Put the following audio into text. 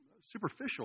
superficial